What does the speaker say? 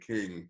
King